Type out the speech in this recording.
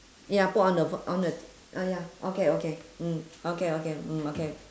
ya put on the ph~ on the uh ya okay okay mm okay okay mm okay